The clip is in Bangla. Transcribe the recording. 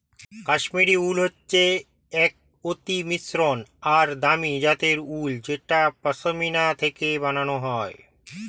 কাশ্মীরি উল হচ্ছে এক অতি মসৃন আর দামি জাতের উল যেটা পশমিনা থেকে বানানো হয়